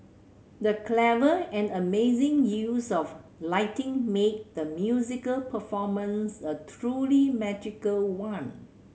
the clever and amazing use of lighting made the musical performance a truly magical one